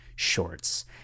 shorts